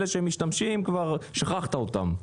אלה שמשתמשים, כבר שכחת אותם.